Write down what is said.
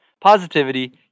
positivity